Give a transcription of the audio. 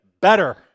better